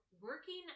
Working